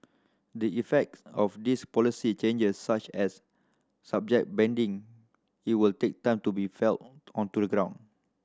the effects of these policy changes such as subject banding it will take time to be felt on to the ground